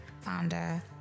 founder